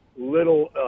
little